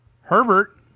Herbert